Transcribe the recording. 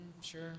sure